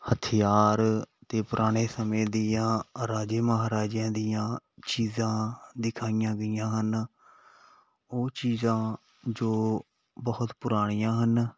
ਹਥਿਆਰ ਅਤੇ ਪੁਰਾਣੇ ਸਮੇਂ ਦੀਆਂ ਰਾਜੇ ਮਹਾਰਾਜਿਆਂ ਦੀਆਂ ਚੀਜ਼ਾਂ ਦਿਖਾਈਆਂ ਗਈਆਂ ਹਨ ਉਹ ਚੀਜ਼ਾਂ ਜੋ ਬਹੁਤ ਪੁਰਾਣੀਆਂ ਹਨ